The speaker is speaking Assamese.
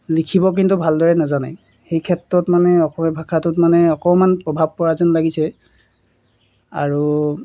লিখিব কিন্তু ভালদৰে নেজানে সেই ক্ষেত্ৰত মানে অসমীয়া ভাষাটোত মানে অকণমান প্ৰভাৱ পৰা যেন লাগিছে আৰু